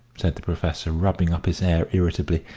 said the professor, rubbing up his hair irritably,